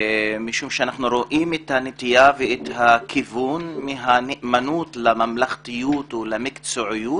משום שאנחנו רואים את הנטייה ואת הכיוון מהממלכתיות או המקצועיות